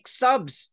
subs